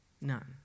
None